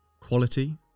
quality